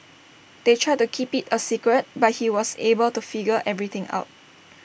they tried keep IT A secret but he was able to figure everything out